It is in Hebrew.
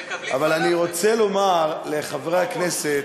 אבל אני רוצה לומר לחברי הכנסת,